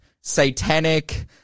satanic